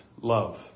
love